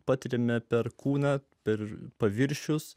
patiriame per kūną per paviršius